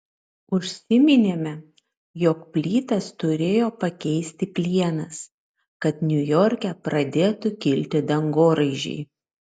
užsiminėme jog plytas turėjo pakeisti plienas kad niujorke pradėtų kilti dangoraižiai